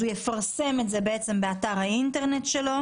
הוא יפרסם את זה באתר האינטרנט שלו